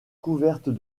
couverte